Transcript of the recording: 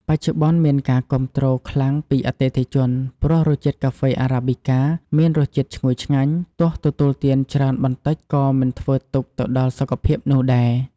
បច្ចុប្បន្នមានការគាំទ្រខ្លាំងពីអតិថិជន ព្រោះរសជាតិកាហ្វេArabica មានរសជាតិឈ្ងុយឆ្ងាញ់ ទោះទទួលទានច្រើនបន្តិចក៏មិនធ្វើទុក្ខទៅដល់សុខភាពនោះដែរ។